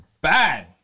bang